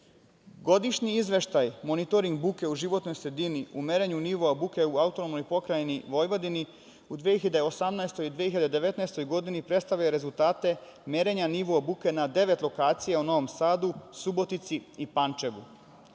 sredini. Godišnji izveštaj monitoring buke u životnoj sredini u merenju nivoa buke u AP Vojvodini u 2018/2019. godini predstavlja rezultate merenja nivoa buke na devet lokacija u Novom Sadu, Subotici i Pančevu.